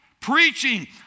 Preaching